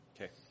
Okay